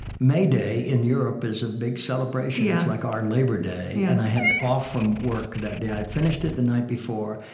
may day in europe is a big celebration it's like our labor day, and i had off from work that day. i'd finished it the night before,